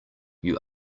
you